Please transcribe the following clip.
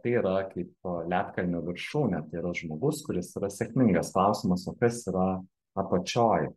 tai yra kaip ledkalnio viršūnė tai yra žmogus kuris yra sėkmingas klausimas o kas yra apačioj